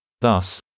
Thus